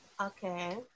okay